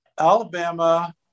Alabama